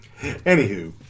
Anywho